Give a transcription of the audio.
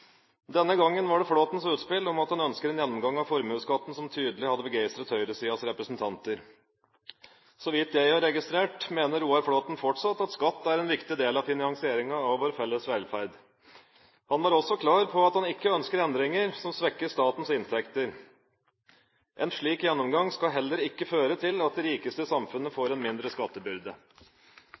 Denne gangen var det Flåthens utspill om at han ønsker en gjennomgang av formuesskatten, som tydelig hadde begeistret høyresidens representanter. Så vidt jeg har registrert, mener Roar Flåthen fortsatt at skatt er en viktig del av finansieringen av vår felles velferd. Han var også klar på at han ikke ønsker endringer som svekker statens inntekter. En slik gjennomgang skal heller ikke føre til at de rikeste i samfunnet får en mindre skattebyrde.